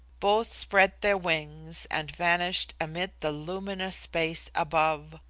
both spread their wings and vanished amid the luminous space above.